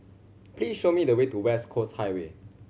please show me the way to West Coast Highway